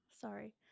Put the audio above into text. sorry